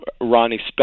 Ronnie